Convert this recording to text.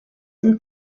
and